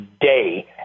day